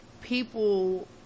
people